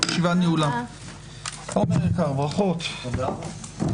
הישיבה ננעלה בשעה 09:55.